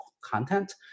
content